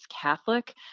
Catholic